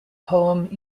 poem